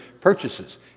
purchases